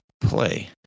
play